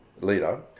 leader